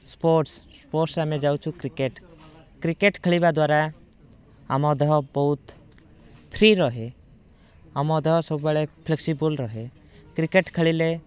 sports sports ଆମେ ଯାଉଛୁ cricket cricket ଖେଳିବା ଦ୍ୱାରା ଆମ ଦେହ ବହୁତ ଫ୍ରି ରହେ ଆମ ଦେହ ସବୁବେଳେ ଫ୍ଲେକ୍ସିବୁଲ ରହେ କ୍ରିକେଟ ଖେଳିଲେ